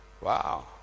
Wow